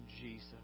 Jesus